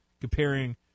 comparing